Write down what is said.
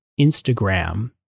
Instagram